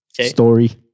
Story